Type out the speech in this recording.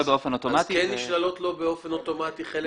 אז כן נשללות לו באופן אוטומטי חלק מהזכויות?